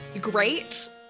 great